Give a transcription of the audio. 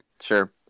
sure